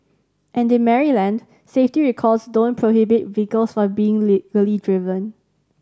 and in Maryland safety recalls don't prohibit vehicles from being legally driven